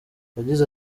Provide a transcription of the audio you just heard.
yagize